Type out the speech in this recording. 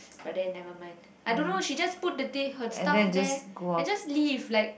but then nevermind I don't know she just put the thi~ her stuff there and just leave like